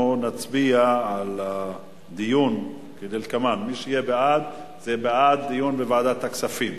אנחנו נצביע על הדיון כדלקמן: מי שיהיה בעד זה בעד דיון בוועדת הכספים,